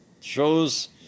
shows